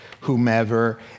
whomever